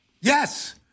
Yes